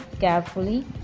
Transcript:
carefully